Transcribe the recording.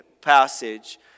passage